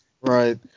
Right